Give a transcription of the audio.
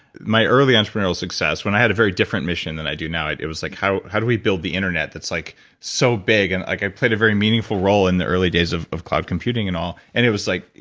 my early entrepreneurial success, when i had a very different mission than i do now, it it was like, how how do we build the internet that's like so big, and i played a very meaningful role in the early days of of cloud computing and all. and it was like,